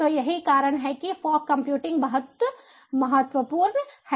तो यही कारण है कि फॉग कंप्यूटिंग बहुत महत्वपूर्ण है